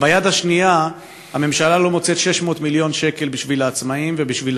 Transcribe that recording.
אבל ביד השנייה הממשלה לא מוצאת 600 מיליון שקל בשביל העצמאים ובשביל